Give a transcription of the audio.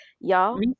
Y'all